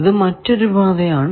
ഇത് മറ്റൊരു പാതയാണ്